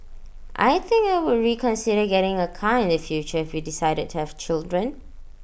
I think I would reconsider getting A car in the future we decided to have children